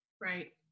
Right